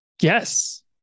yes